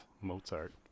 mozart